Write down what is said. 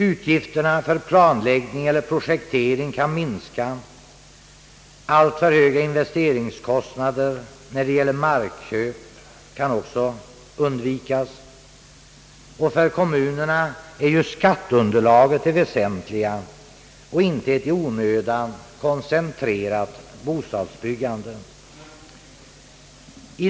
Utgifterna för planläggning eller projektering kan minska, alltför höga investeringskostnader när det gäller markköp kan också undvikas. För kommunerna är ju skatteunderlaget det väsentliga, inte ett i onödan koncentrerat bostadsbyggande.